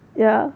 ya